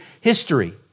history